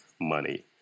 money